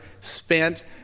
spent